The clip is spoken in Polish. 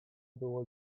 było